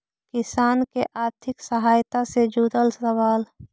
किसान के आर्थिक सहायता से जुड़ल सवाल?